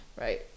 Right